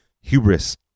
hubris